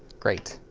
great.